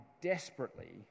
desperately